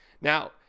Now